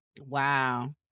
Wow